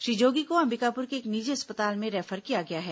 श्री जोगी को अंबिकापुर के एक निजी अस्पताल में रेफर किया गया है